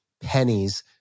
pennies